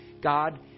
God